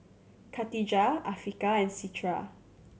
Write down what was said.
Katijah Afiqah and Citra